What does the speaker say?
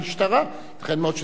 ייתכן מאוד שזה שיקולי הממשלה.